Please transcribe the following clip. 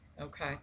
Okay